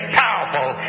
powerful